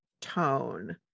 tone